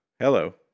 Hello